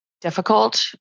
difficult